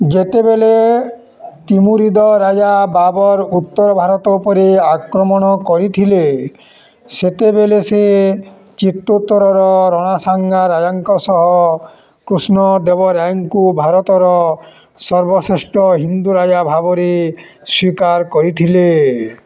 ଯେତେବେଳେ ତିମୁରିଦ ରାଜା ବାବର୍ ଉତ୍ତର ଭାରତ ଉପରେ ଆକ୍ରମଣ କରିଥିଲେ ସେତେବେଳେ ସେ ଚିତ୍ତୋର୍ର ରଣା ସାଙ୍ଘା ରାଜାଙ୍କ ସହ କୃଷ୍ଣଦେବରାୟଙ୍କୁ ଭାରତର ସର୍ବଶ୍ରେଷ୍ଠ ହିନ୍ଦୁ ରାଜା ଭାବରେ ସ୍ୱୀକାର କରିଥିଲେ